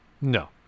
No